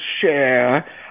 share